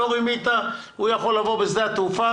לא רימית הוא יכול לבוא בשדה התעופה,